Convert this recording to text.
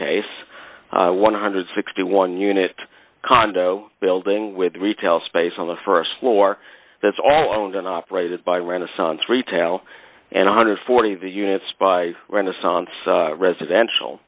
case one hundred and sixty one unit condo building with retail space on the st floor that's all owned and operated by renaissance retail and a one hundred and forty v units by renaissance residential